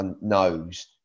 knows